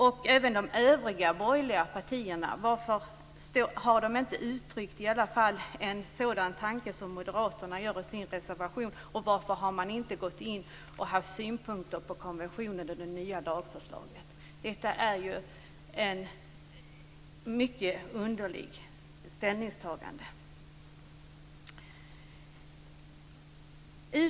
Och varför har inte de övriga borgerliga partierna uttryckt åtminstone en sådan tanke som Moderaterna för fram i sin reservation? Varför har man inte haft synpunkter på konventionen och lagförslaget? Detta är ett mycket underligt ställningstagande.